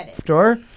Store